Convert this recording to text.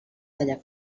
talla